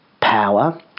power